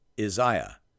Isaiah